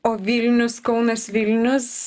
o vilnius kaunas vilnius